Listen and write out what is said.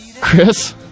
Chris